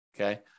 okay